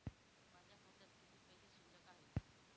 माझ्या खात्यात किती पैसे शिल्लक आहेत?